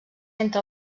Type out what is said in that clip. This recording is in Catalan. entre